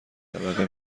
طبقه